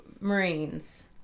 Marines